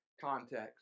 context